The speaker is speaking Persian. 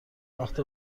وقت